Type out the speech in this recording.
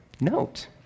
note